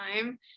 time